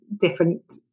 different